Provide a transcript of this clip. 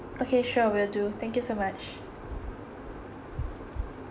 okay sure will do thank you so much